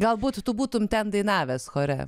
galbūt tu būtumei ten dainavęs chore